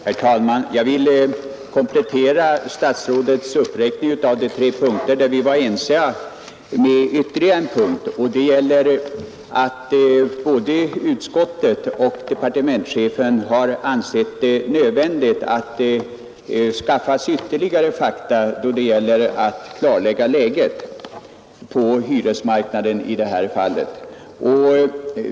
Herr talman! Jag vill komplettera statsrådets uppräkning av de tre punkter där vi var ense med ytterligare en punkt. Jag syftar på att både utskottet och departementschefen har ansett det nödvändigt att skaffa ytterligare fakta då det gäller att klarlägga läget på hyresmarknaden i detta hänseende.